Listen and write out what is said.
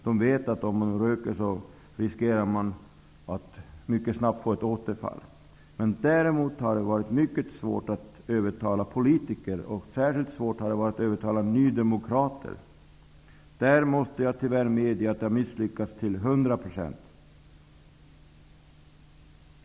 De vet att om de fortsätter att röka riskerar de att mycket snabbt få ett återfall. Däremot har det varit mycket svårt att övertala politiker. Särskilt svårt har det varit att övertala nydemokrater. Jag måste tyvärr medge att jag i detta sammanhang har misslyckats till 100 %.